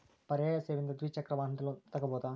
ಪರ್ಯಾಯ ಸೇವೆಯಿಂದ ದ್ವಿಚಕ್ರ ವಾಹನದ ಲೋನ್ ತಗೋಬಹುದಾ?